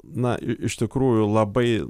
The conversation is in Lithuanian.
na i iš tikrųjų labai